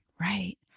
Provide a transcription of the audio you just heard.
Right